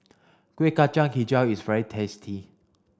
Kueh Kacang Hijau is very tasty